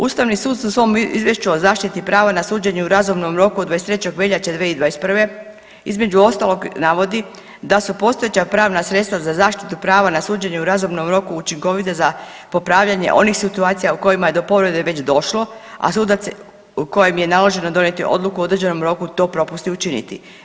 Ustavni sud u svom izvješću o zaštiti prava na suđenje u razumnom roku od 23. veljače 2021. između ostalog navodi da su postojeća pravna sredstva za zaštitu prava na suđenje u razumnom roku učinkovita za popravljanje onih situacija u kojima je do povrede već došlo, a sudac kojem je naloženo donijeti odluku u određenom roku to propusti učiniti.